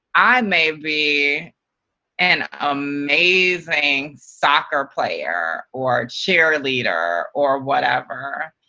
i may be an amazing soccer player, or cheerleader, or whatever.